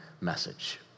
message